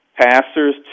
pastors